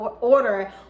order